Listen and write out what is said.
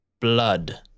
blood